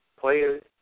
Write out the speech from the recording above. players